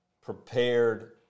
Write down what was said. prepared